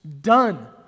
done